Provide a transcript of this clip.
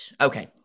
Okay